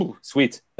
sweet